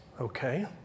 Okay